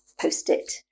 post-it